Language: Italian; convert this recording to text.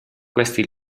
questi